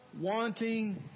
wanting